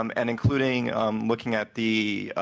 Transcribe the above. um and including looking at the